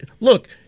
look